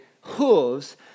hooves